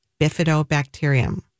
bifidobacterium